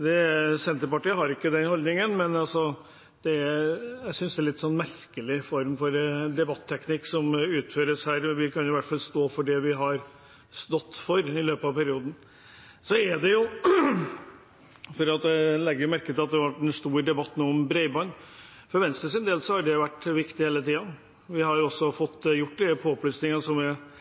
Senterpartiet har ikke den holdningen, men jeg synes det er en litt merkelig form for debatteknikk som utføres her. Vi bør i hvert fall stå for det vi har stått for i løpet av perioden. Jeg la merke til at det ble en stor debatt nå om bredbånd. For Venstre har det vært viktig hele tiden. Vi har også fått gjort påplussinger, som en del av et stortingsflertall, som nevnt, for bredbånd er